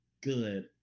good